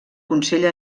consell